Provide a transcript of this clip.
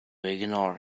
ignore